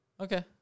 Okay